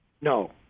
No